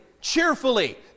cheerfully